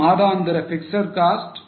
மாதாந்திர fixed cost 480000